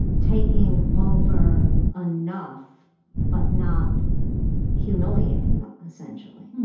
taking over enough but not humiliating them, essentially